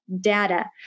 data